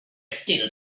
still